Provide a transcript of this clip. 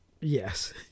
Yes